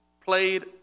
played